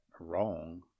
wrong